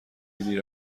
دیر